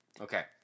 Okay